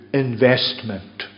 investment